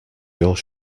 your